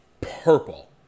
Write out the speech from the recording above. purple